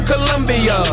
Columbia